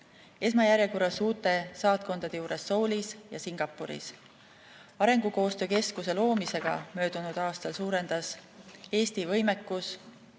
esmajärjekorras uute saatkondade juures Soulis ja Singapuris. Arengukoostöö keskuse loomisega möödunud aastal suureneb Eesti võimekus